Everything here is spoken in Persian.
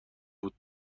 بود